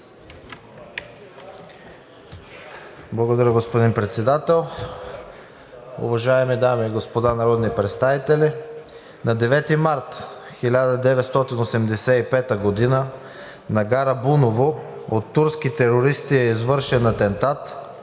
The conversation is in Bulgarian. Благодаря, господин Председател. Уважаеми дами и господа народни представители! На 9 март 1985 г. на гара Буново от турски терористи е извършен атентат,